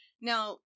Now